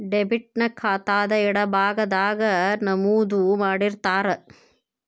debit ನ ಖಾತಾದ್ ಎಡಭಾಗದಾಗ್ ನಮೂದು ಮಾಡಿರ್ತಾರ